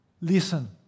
Listen